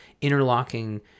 interlocking